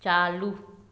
चालू